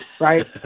right